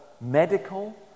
medical